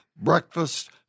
breakfast